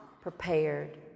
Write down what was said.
prepared